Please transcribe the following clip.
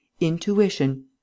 intuition